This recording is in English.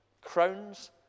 crowns